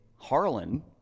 Harlan